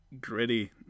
gritty